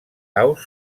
aus